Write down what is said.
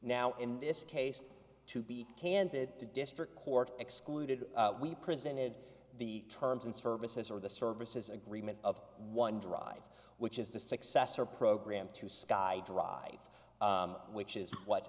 now in this case to be candid the district court excluded we presented the terms and services or the services agreement of one drive which is the successor program to sky drive which is what